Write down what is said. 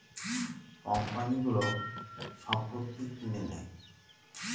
কোম্পানিগুলো সম্পত্তি কিনে নেয়